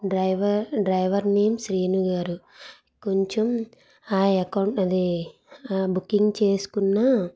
driver driver name Srinu గారు కొంచెం ఆ అకౌంట్ అది ఆ బుకింగ్ చేసుకున్న